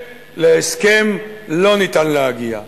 אך להסכם לא ניתן להגיע.